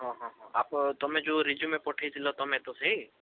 ହଁ ହଁ ହଁ ତମେ ଯେଉଁ ରେଜୁମେ ପଠାଇଥିଲ ତମେ ତ ସେଇ